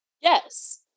Yes